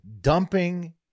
dumping